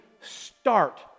start